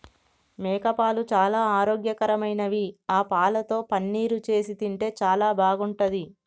మేకపాలు చాలా ఆరోగ్యకరమైనవి ఆ పాలతో పన్నీరు చేసి తింటే చాలా బాగుంటది